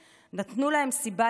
נתנו להם סיבה להישאר.